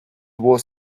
was